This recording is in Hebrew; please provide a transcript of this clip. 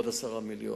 עוד 10 מיליון.